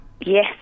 Yes